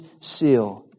seal